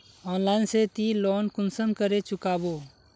Online से ती loan कुंसम करे चुकाबो?